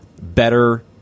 Better